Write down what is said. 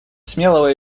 смелого